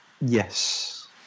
Yes